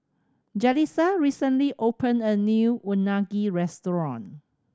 Jalisa recently opened a new Unagi restaurant